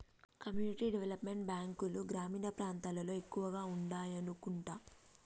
community development బ్యాంకులు గ్రామీణ ప్రాంతాల్లో ఎక్కువగా ఉండాయనుకుంటా